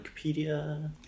Wikipedia